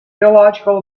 illogical